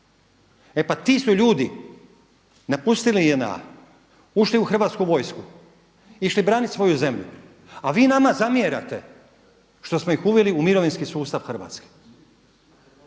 E pa ti su ljudi napustili JNA, ušli u Hrvatsku vojsku, išli branit svoju zemlju, a vi nama zamjerate što smo ih uveli u mirovinski sustav Hrvatske.